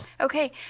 Okay